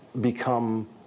become